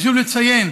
חשוב לציין